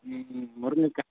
ம் ம் முருங்கக்காய்